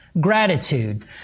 gratitude